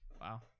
Wow